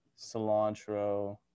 cilantro